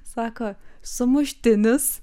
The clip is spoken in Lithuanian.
sako sumuštinis